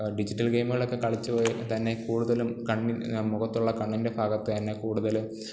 digital ഗെയിമുകളൊക്കെ കളിച്ച് തന്നെ കൂടുതലും കണ്ണിൽ മുഖത്തുള്ള കണ്ണിന്റെ ഭാഗത്തു തന്നെ കൂടുതൽ